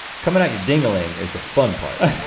coming out your ding a ling is the fun part.